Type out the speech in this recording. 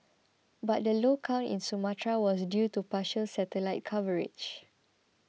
but the low count in Sumatra was due to partial satellite coverage